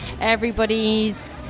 everybody's